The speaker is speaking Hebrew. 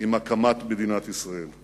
עם הקמת מדינת ישראל.